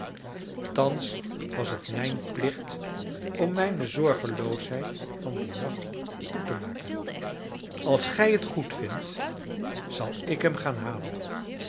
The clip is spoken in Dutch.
thans was het mijn plicht om mijne zorgeloosheid van dien nacht goed te maken als gij t goedvindt zal ik hem gaan halen